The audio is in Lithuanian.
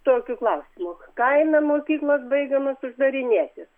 tokiu klausimu kaime mokyklos baigiamos uždarinėti